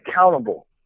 accountable